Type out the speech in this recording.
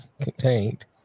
contained